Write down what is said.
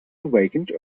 awakened